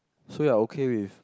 so you're okay with